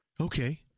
Okay